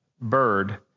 bird